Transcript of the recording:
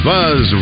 Buzz